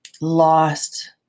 lost